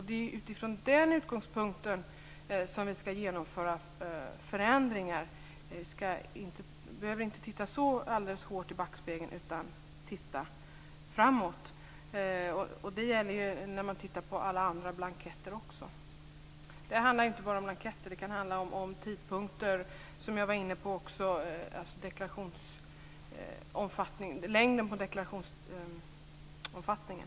Det är utifrån den utgångspunkten som vi skall genomföra förändringar. Vi behöver inte titta så mycket i backspegeln utan titta framåt. Det gäller alla andra blanketter också. Det handlar inte bara om blanketter. Det kan handla om tidpunkter också, som jag också var inne på, t.ex. längden på deklarationsperioden.